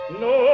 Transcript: no